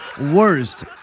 worst